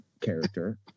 character